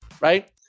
right